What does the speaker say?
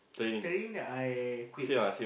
training then I quit